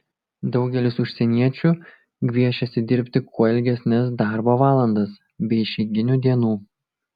daugelis užsieniečių gviešiasi dirbti kuo ilgesnes darbo valandas be išeiginių dienų